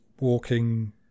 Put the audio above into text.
walking